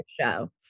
show